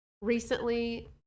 recently